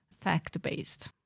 fact-based